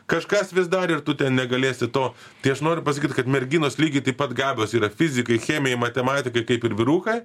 kažkas vis dar ir tu ten negalėsi to tai aš noriu pasakyt kad merginos lygiai taip pat gabios yra fizikai chemijai matematikai kaip ir vyrukai